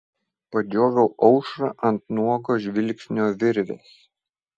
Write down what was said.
padžioviau aušrą ant nuogo žvilgsnio virvės